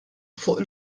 fuq